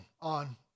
on